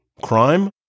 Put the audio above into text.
crime